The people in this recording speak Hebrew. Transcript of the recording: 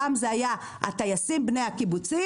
פעם זה היה הטייסים בני הקיבוצים,